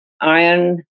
Iron